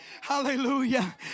Hallelujah